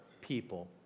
people